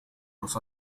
los